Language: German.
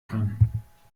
kann